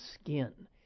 skin